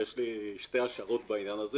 יש לי שתי השערות בעניין הזה.